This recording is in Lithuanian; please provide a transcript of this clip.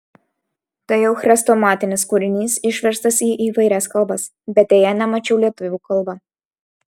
tai jau chrestomatinis kūrinys išverstas į įvairias kalbas bet deja nemačiau lietuvių kalba